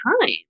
time